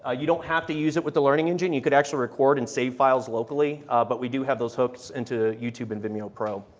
ah you don't have to use it with the learning engine you can actually record and save files locally but we always have those hosts into youtube and vimeo pro.